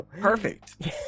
Perfect